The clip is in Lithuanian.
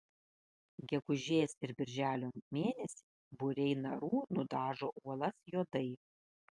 gegužės ir birželio mėnesį būriai narų nudažo uolas juodai